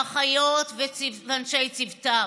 האחיות ואנשי צוותם.